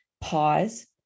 pause